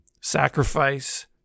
sacrifice